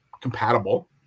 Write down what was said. compatible